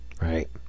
right